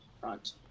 front